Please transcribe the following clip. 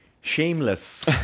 Shameless